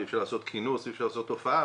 ואי אפשר לעשות כינוס ואי אפשר לעשות הופעה,